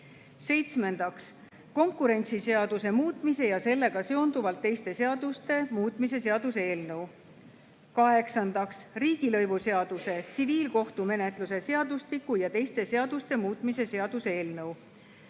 Seitsmendaks, konkurentsiseaduse muutmise ja sellega seonduvalt teiste seaduste muutmise seaduse eelnõu. Kaheksandaks, riigilõivuseaduse, tsiviilkohtumenetluse seadustiku ja teiste seaduste muutmise seaduse eelnõu.